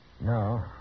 No